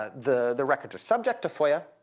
ah the the records are subject to foia,